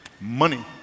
money